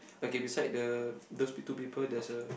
okay beside the those two people there's a